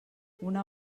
una